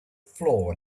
floor